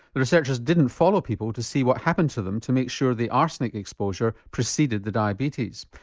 the researchers didn't follow people to see what happened to them to make sure the arsenic exposure preceded the diabetes.